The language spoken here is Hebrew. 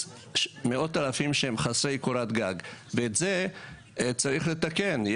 שהם חסרי קורת גג ואת זה צריך לתקן.